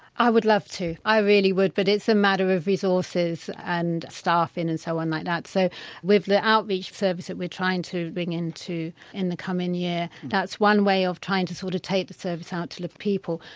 i would love to, i really would but it's a matter of of resources and staffing and so on like that, so with the outreach service that we're trying to bring in, in the coming year, that's one way of trying to sort of take the service out to the people.